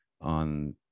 on